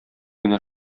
генә